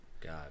god